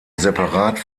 separat